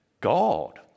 God